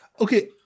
okay